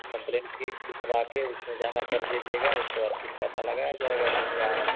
complain के लिखवा के उसमें जमा कर दीजिएगा उसके बाद फिर पता लगाया जाएगा कि क्या है